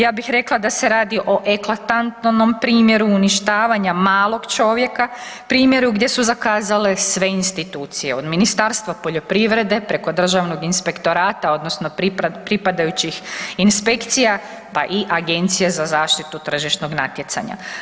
Ja bih rekla da se radi o eklatantnom primjeru uništavanja malog čovjeka, primjeru gdje su zakazale sve institucije, od Ministars5tva poljoprivrede preko Državnog inspektorata odnosno pripadajućih inspekcija pa i Agencije za zaštitu tržišnog natjecanja.